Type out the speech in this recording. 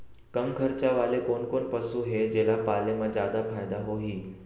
कम खरचा वाले कोन कोन पसु हे जेला पाले म जादा फायदा होही?